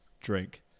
drink